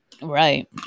Right